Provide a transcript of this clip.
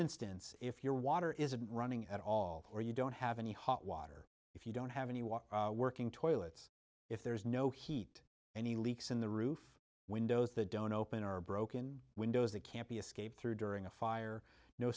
instance if your water isn't running at all or you don't have any hot water if you don't have any water working toilets if there's no heat and the leaks in the roof windows that don't open are broken windows that can't be escaped through during a fire no